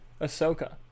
Ahsoka